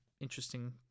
interesting